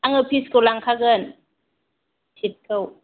आङो पिसखौ लांखागोन सितखौ